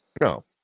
No